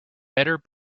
better